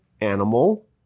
animal